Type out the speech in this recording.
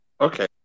okay